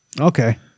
Okay